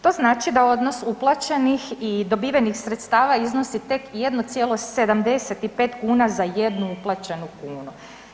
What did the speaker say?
To znači da odnos uplaćenih i dobivenih sredstava iznosi tek 1,75 kuna za uplaćenu kunu.